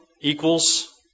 equals